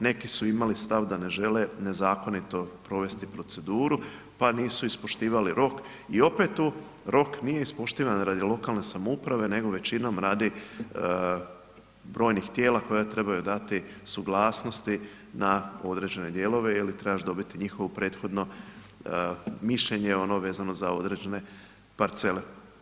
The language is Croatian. Neki su imali stav da ne žele nezakonito provesti proceduru, pa nisu ispoštivali rok i opet tu rok nije ispoštivan radi lokalne samouprave nego većinom radi brojnih tijela koja trebaju dati suglasnosti na određene dijelove ili trebaš dobiti njihovo prethodno mišljenje vezano za određene parcele.